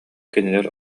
кинилэр